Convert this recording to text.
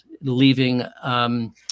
leaving